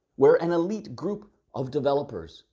where an elite group of developers,